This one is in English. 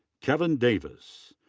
kevin davis.